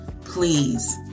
please